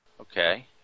Okay